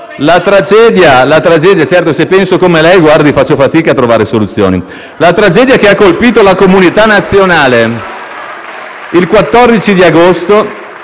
La tragedia che ha colpito la comunità nazionale il 14 agosto